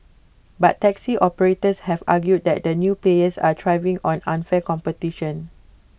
but taxi operators have argued that the new players are thriving on unfair competition